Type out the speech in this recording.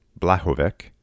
Blahovec